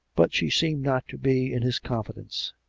but she seemed not to be in his confidence,